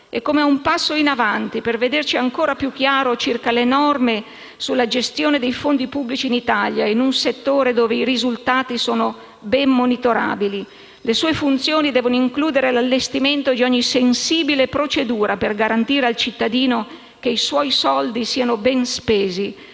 e come ad un passo in avanti per vederci ancora più chiaro circa le norme sulla gestione dei fondi pubblici in Italia in un settore dove i risultati sono ben monitorabili. Le sue funzioni devono includere l'allestimento di ogni sensibile procedura per garantire al cittadino che i suoi soldi siano ben spesi,